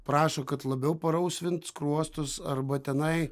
prašo kad labiau parausvint skruostus arba tenai